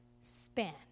span